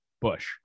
Bush